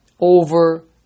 over